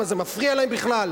מה, זה מפריע להם בכלל?